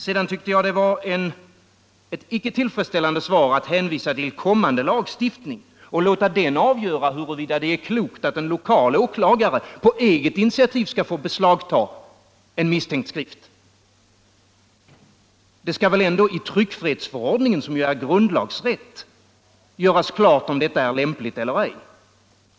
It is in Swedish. Sedan tyckte jag det var ett icke tillfredsställande svar att hänvisa till kommande lagstiftning och låta den avgöra huruvida det är klokt att en lokal åklagare på eget initiativ skall få beslagta en misstänkt skrift. Det skall väl ändå i tryckfrihetsförordningen, som ju är grundlag, göras klart om detta är lämpligt eller ej.